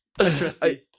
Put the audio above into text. Interesting